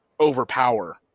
overpower